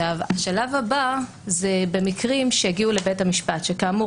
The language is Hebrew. השלב הבא הוא במקרים שהגיעו לבית המשפט וכאמור